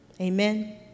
Amen